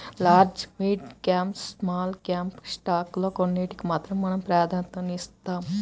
large, mid cap, small cap స్టాకుల్లో కొన్నిటికి మాత్రమే మనం ప్రాధన్యతనిస్తాం